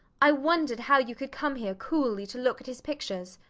i wondered how you could come here coolly to look at his pictures.